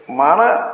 Mana